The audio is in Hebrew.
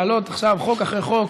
להעלות עכשיו חוק אחרי חוק.